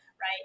Right